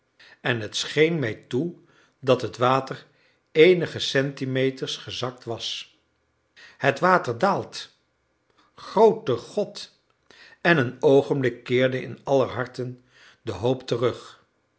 en het scheen mij toe dat het water eenige centimeters gezakt was het water daalt groote god en een oogenblik keerde in aller harten de hoop terug